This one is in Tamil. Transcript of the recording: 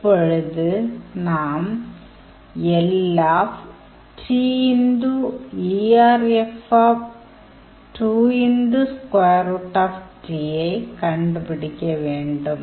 இப்பொழுது நாம் ஐக் கண்டுபிடிக்க வேண்டும்